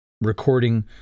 recording